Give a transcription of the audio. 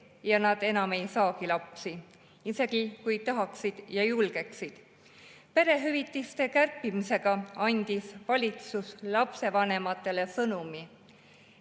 ja nad enam ei saagi lapsi, isegi kui tahaksid ja julgeksid. Perehüvitiste kärpimisega andis valitsus lapsevanematele sõnumi,